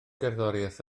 gerddoriaeth